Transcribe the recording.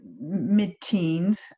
mid-teens